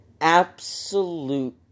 absolute